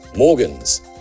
Morgan's